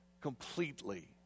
completely